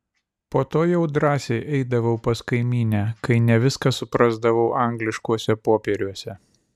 po to jau drąsiai eidavau pas kaimynę kai ne viską suprasdavau angliškuose popieriuose